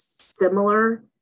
similar